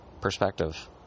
perspective